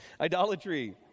Idolatry